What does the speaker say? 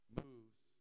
moves